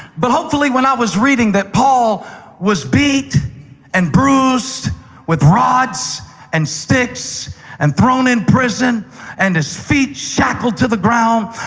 but hopefully, when i was reading that paul was beaten and bruised with rods and sticks and thrown in prison and his feet shackled to the ground,